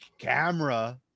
camera